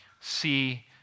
see